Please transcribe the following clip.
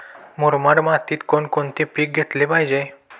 मुरमाड मातीत कोणकोणते पीक घेतले पाहिजे?